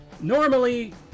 Normally